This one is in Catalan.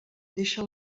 deixa